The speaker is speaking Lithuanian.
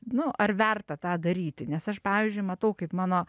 nu ar verta tą daryti nes aš pavyzdžiui matau kaip mano